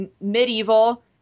medieval